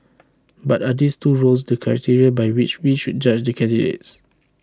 but are these two roles to criteria by which we should judge the candidates